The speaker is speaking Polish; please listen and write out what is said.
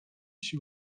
się